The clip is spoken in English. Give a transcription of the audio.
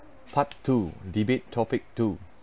part two debate topic two